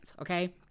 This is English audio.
okay